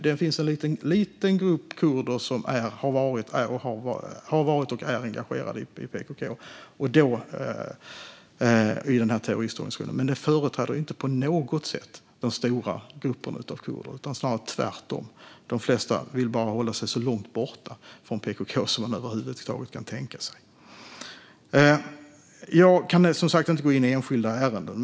Där finns en liten grupp kurder som har varit och är engagerade i terroristorganisationen, men de företräder inte på något sätt den stora gruppen av kurder. Det är snarare tvärtom. De flesta vill bara hålla sig så långt borta från PKK som de över huvud taget kan tänka sig. Jag kan som sagt inte gå in i enskilda ärenden.